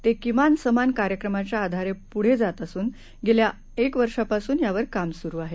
ते किमान समान कार्यक्रमाच्या आधारे पुढे जात असून गेल्या एक वर्षापासून यावर काम सुरु आहे